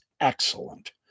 excellent